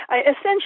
Essentially